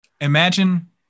Imagine